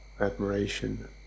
admiration